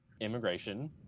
immigration